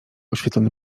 oświetlony